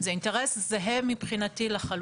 מבחינתי, זה אינטרס זהה לחלוטין.